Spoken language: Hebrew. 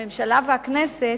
הממשלה והכנסת